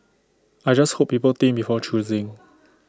I just hope people think before choosing